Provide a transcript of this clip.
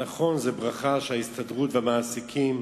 נכון, זו ברכה שההסתדרות והמעסיקים